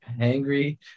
angry